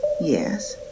Yes